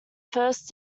first